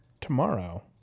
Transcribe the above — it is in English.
tomorrow